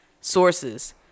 sources